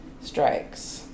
strikes